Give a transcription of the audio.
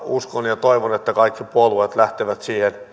uskon ja toivon että kaikki puolueet lähtevät